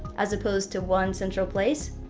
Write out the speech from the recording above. as opposed to one central place.